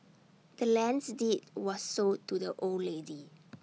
the land's deed was sold to the old lady